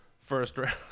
first-round